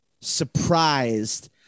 surprised